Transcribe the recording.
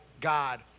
God